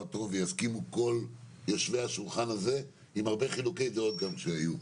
טוב ויסכימו כל יושבי השולחן הזה עם הרבה חילוקי דעות שהיו.